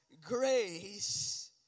grace